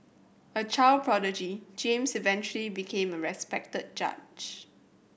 a child prodigy James eventually became a respected judge